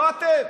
לא אתם,